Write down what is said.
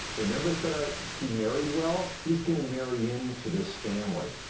remember, said i he married well? he's gonna marry into this family.